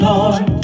Lord